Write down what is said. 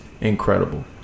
incredible